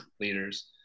leaders